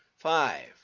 Five